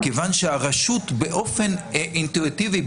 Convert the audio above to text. הרשות באופן אינטואיטיבי,